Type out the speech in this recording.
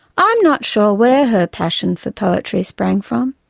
i'm not sure where her passion for poetry sprang from.